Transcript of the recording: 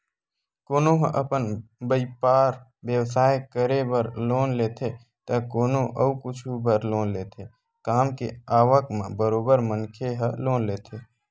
कोनो ह अपन बइपार बेवसाय करे बर लोन लेथे त कोनो अउ कुछु बर लोन लेथे काम के आवक म बरोबर मनखे ह लोन लेथे